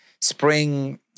spring